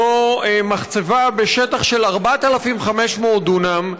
זו מחצבה בשטח של 4,500 דונם,